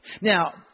Now